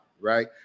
right